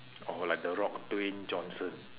oh like the rock dwayne johnson